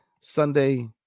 Sunday